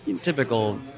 typical